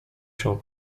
się